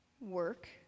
work